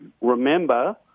remember